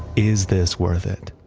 is this worth it?